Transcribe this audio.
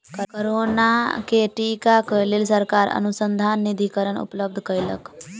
corona के टीका क लेल सरकार अनुसन्धान निधिकरण उपलब्ध कयलक